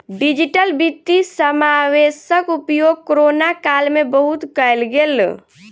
digital वित्तीय समावेशक उपयोग कोरोना काल में बहुत कयल गेल